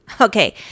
Okay